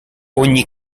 ogni